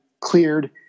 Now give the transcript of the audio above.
cleared